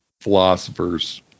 philosophers